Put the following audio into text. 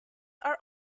are